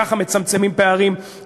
ככה מצמצמים פערים,